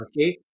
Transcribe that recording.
okay